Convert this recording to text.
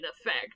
effect